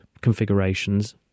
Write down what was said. configurations